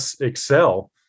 excel